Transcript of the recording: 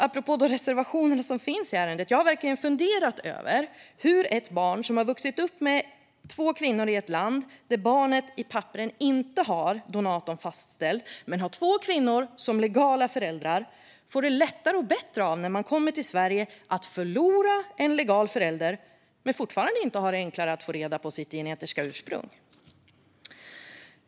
Apropå de reservationer som finns i ärendet har jag verkligen funderat över hur ett barn som vuxit upp med två kvinnor i ett land där barnet inte har donatorn fastställd i papperen men har två kvinnor som legala föräldrar får det lättare och bättre av att komma till Sverige, förlora en legal förälder och fortfarande inte ha enklare att få reda på sitt genetiska ursprung.